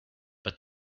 but